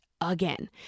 again